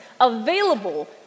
available